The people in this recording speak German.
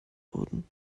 wurden